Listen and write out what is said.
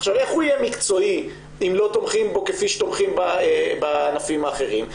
איך הוא יהיה מקצועי אם לא תומכים בו כפי שתומכים בענפים האחרים?